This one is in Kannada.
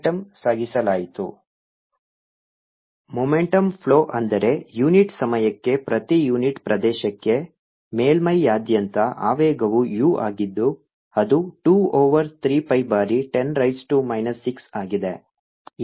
Areaπr210 6π m2Power20 mW2×10 2 W S2×10 210 62×104Js m2 uSc2×104π×3×10823π10 6Jm2 momentum flow ಅಂದರೆ ಯುನಿಟ್ ಸಮಯಕ್ಕೆ ಪ್ರತಿ ಯೂನಿಟ್ ಪ್ರದೇಶಕ್ಕೆ ಮೇಲ್ಮೈಯಾದ್ಯಂತ ಆವೇಗವು u ಆಗಿದ್ದು ಅದು 2 ಓವರ್ 3 pi ಬಾರಿ 10 ರೈಸ್ ಟು ಮೈನಸ್ 6 ಆಗಿದೆ